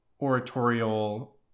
oratorial